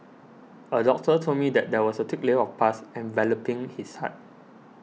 a doctor told me that there was a thick layer of pus enveloping his heart